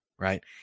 Right